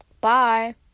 Bye